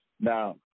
Now